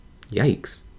Yikes